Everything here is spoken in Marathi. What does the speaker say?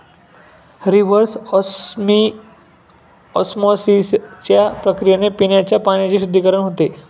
रिव्हर्स ऑस्मॉसिसच्या प्रक्रियेने पिण्याच्या पाण्याचे शुद्धीकरण होते